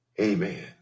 Amen